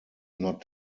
not